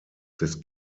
des